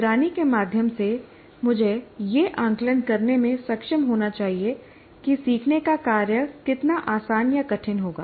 निगरानी के माध्यम से मुझे यह आकलन करने में सक्षम होना चाहिए कि सीखने का कार्य कितना आसान या कठिन होगा